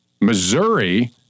Missouri